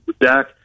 Dak